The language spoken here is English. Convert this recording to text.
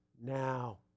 now